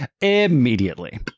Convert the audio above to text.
Immediately